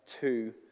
two